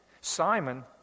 Simon